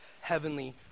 heavenly